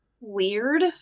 weird